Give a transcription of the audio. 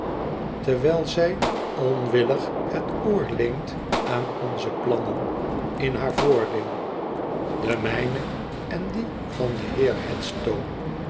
terwijl zij onwillig het oor leent aan onze plannen in haar voordeel de mijne en die van den heer